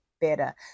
better